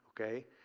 okay